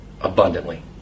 abundantly